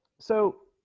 so